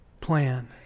plan